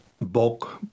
bulk